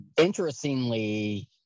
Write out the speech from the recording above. interestingly